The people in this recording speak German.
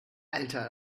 alter